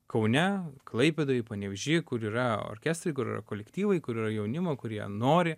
kaune klaipėdoj panevėžy kur yra orkestrai kolektyvai kur yra jaunimo kurie nori